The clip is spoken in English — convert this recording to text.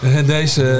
Deze